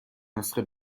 نسخه